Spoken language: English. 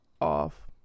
off